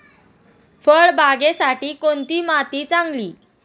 फळबागेसाठी कोणती माती चांगली?